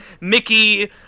Mickey